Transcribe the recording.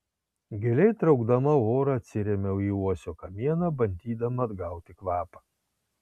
giliai traukdama orą atsirėmiau į uosio kamieną bandydama atgauti kvapą